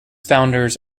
founders